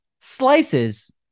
slices